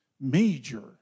major